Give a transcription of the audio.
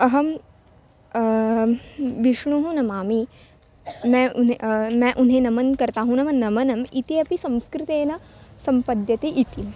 अहं विष्णुः नमामि मे उने मे उने नमन् कर्ता हु नाम नमनम् इति अपि संस्कृतेन सम्पद्यते इति